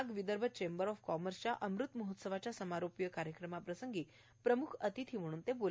Nag Vidarbha chamber of कॉमर्सच्या अमृत महोत्सवाच्या समारोपीय कार्यक्रमाप्रसंगी प्रम्ख अतिथी म्हणून ते बोलत होते